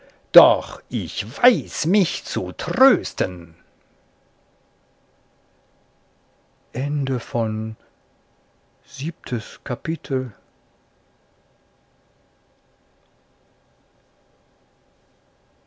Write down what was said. doch ich weiß mich zu trösten